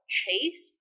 chase